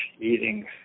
eating